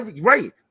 Right